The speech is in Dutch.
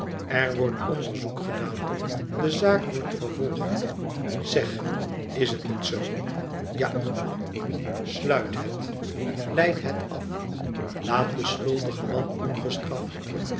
r wordt onderzoek gedaan de zaak wordt vervolgd zeg is het niet zoo ja stuit het leid het af laat den schuldigen man ongestraft